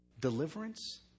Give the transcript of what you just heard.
Deliverance